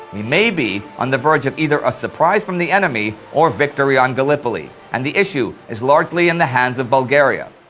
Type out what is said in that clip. we may be on the verge of either a surprise from the enemy, or victory on gallipoli, and the issue is largely in the hands of bulgaria.